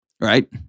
Right